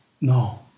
No